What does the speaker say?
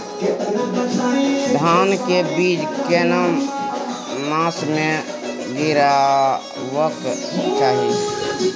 धान के बीज केना मास में गीरावक चाही?